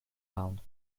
bound